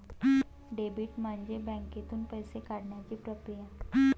debit म्हणजे बँकेतून पैसे काढण्याची प्रक्रिया